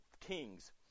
Kings